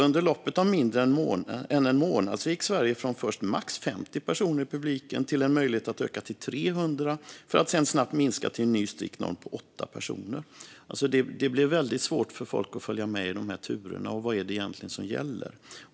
Inom loppet av mindre än en månad gick Sverige från först max 50 personer i publiken till en möjlighet att öka till 300, för att sedan snabbt minska till en ny, strikt norm om 8 personer. Det blir väldigt svårt för folk att följa med i turerna och förstå vad det egentligen är som gäller.